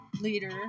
leader